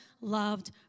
loved